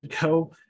go